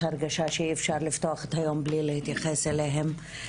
הרגשה שאי-אפשר לפתוח את היום בלי להתייחס אליהן,